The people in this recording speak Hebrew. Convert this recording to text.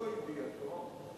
בלא ידיעתו,